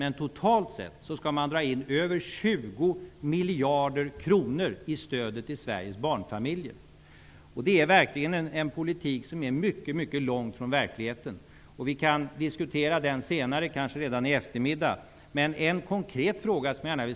Men totalt sett skall man dra in över 20 miljarder i stöd till Sveriges barnfamiljer. Det är verkligen en politik som är mycket långt från verkligheten. Vi kan diskutera det senare, kanske redan i eftermiddag.